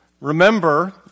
remember